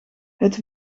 het